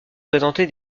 présenter